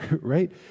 right